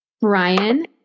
Brian